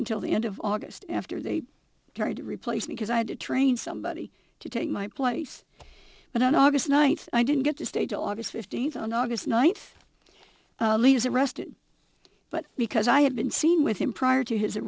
until the end of august after they carried to replace me because i had to train somebody to take my place but on august ninth i didn't get to stay till august fifteenth on august ninth is arrested but because i had been seen with him prior to his a